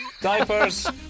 Diapers